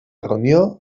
reunió